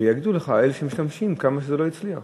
ויגידו לך אלה שמשתמשים כמה שזה לא הצליח.